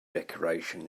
decoration